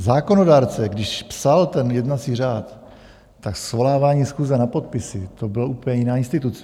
Zákonodárce, když psal ten jednací řád, tak svolávání schůze na podpisy, to byla úplně jiná instituce.